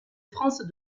france